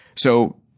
so,